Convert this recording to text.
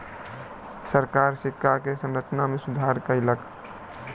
सरकार सिक्का के संरचना में सुधार कयलक